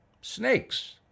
Snakes